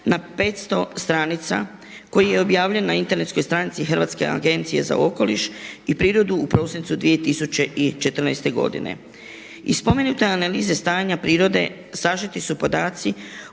na 500 stranica koji je objavljen na internetskoj stranici Hrvatske agencije za okoliš i prirodu u prosincu 2014. godine. Iz spomenute analize stanja prirode sažeti su podaci